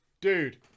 Dude